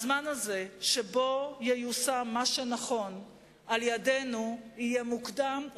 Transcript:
הזמן הזה שבו ייושם מה שנכון על-ידינו יהיה מוקדם,